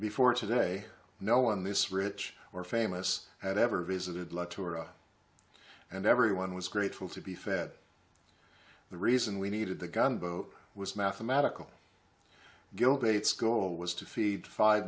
before today no one this rich or famous had ever visited la tour and every one was grateful to be fed the reason we needed the gunboat was mathematical gilday its goal was to feed five